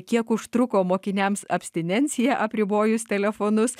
kiek užtruko mokiniams abstinencija apribojus telefonus